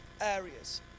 areas